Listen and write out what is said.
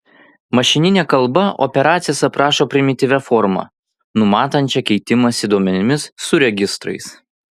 mašininė kalba operacijas aprašo primityvia forma numatančia keitimąsi duomenimis su registrais